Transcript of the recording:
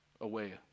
away